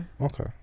Okay